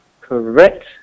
correct